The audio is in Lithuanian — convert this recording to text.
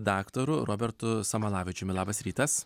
daktaru robertu samalavičiumi labas rytas